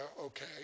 Okay